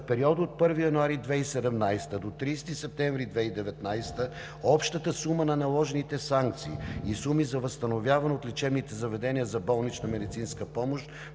периода от 1 януари 2017 г. до 30 септември 2019 г. общата сума на наложените санкции и суми за възстановяване от лечебните заведения за болнична медицинска помощ